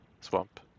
swamp